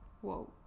Whoa